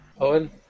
Owen